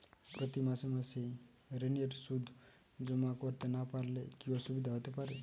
প্রতি মাসে মাসে ঋণের সুদ জমা করতে না পারলে কি অসুবিধা হতে পারে?